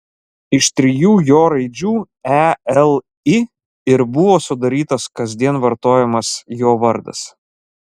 iš trijų jo raidžių e l i ir buvo sudarytas kasdien vartojamas jo vardas